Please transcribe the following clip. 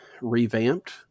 revamped